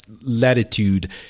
latitude